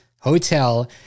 hotel